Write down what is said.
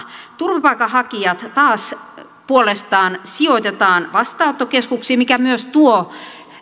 turvapaikanhakijat taas puolestaan sijoitetaan vastaanottokeskuksiin mikä myös tuo